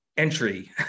entry